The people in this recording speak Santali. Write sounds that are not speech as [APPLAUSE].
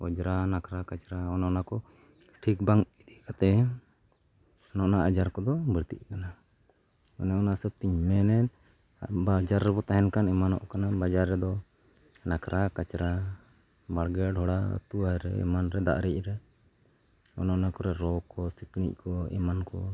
ᱚᱡᱽᱨᱟ ᱠᱟᱪᱨᱟ ᱱᱟᱠᱷᱨᱟ ᱚᱱᱮ ᱚᱱᱟ ᱠᱚ ᱴᱷᱤᱠ ᱵᱟᱝ ᱤᱫᱤ ᱠᱟᱛᱮᱫ ᱱᱚᱣᱟ ᱟᱡᱟᱨ ᱠᱚᱫᱚ ᱵᱟᱹᱲᱛᱤᱜ ᱠᱟᱱᱟ ᱚᱱᱟ ᱦᱤᱥᱟᱹᱵ ᱛᱤᱧ ᱢᱮᱱᱟ ᱵᱟᱡᱟᱨ ᱨᱮᱵᱚᱱ ᱛᱟᱦᱮᱱ ᱠᱷᱟᱱ ᱮᱢᱟᱱᱚᱜ ᱠᱟᱱᱟ ᱵᱟᱡᱟᱨ ᱨᱮᱫᱚ ᱞᱟᱠᱲᱟ ᱠᱟᱪᱨᱟ ᱵᱟᱲᱜᱮ ᱰᱷᱚᱲᱟ [UNINTELLIGIBLE] ᱚᱱᱟ ᱠᱚᱨᱮᱜ ᱨᱚ ᱠᱚ ᱥᱤᱠᱬᱤᱡ ᱠᱚ ᱮᱢᱟᱱ ᱠᱚ